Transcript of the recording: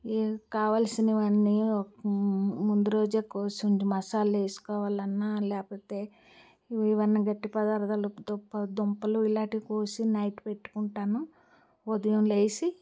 ఏ కావాల్సిన వన్నీ ఒక ముందు రోజే కోసి ఉంచి మసాలా వేసుకోవాలన్నా లేపోతే ఏమన్నా గట్టి పదార్థాలు దుంప దుంపలు ఇలాంటివి కోసి నైట్ పెట్టుకుంటాను ఉదయం లేసి